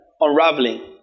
unraveling